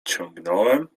ciągnąłem